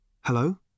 Hello